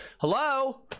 Hello